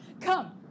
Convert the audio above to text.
Come